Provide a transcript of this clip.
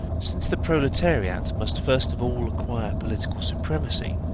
since the proletariat must first of all acquire political supremacy,